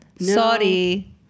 Sorry